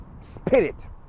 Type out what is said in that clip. spirit